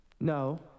No